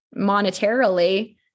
monetarily